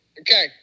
Okay